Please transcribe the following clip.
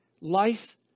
life